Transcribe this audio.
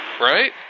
Right